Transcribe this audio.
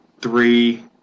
three